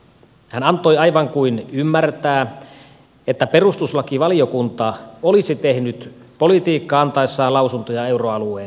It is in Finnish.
hän antoi aivan kuin ymmärtää että perustuslakivaliokunta olisi tehnyt politiikkaa antaessaan lausuntoja euroalueen tukimekanismeista